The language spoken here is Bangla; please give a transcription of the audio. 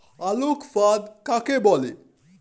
আলোক ফাঁদ কাকে বলে?